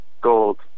Gold